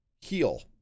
heal